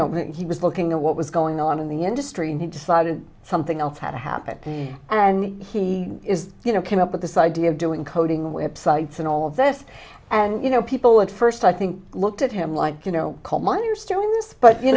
know he was looking at what was going on in the industry and he decided something else had happened and he is you know came up with this idea of doing coding websites and all this and you know people at first i think looked at him like you know